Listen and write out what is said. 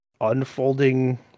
unfolding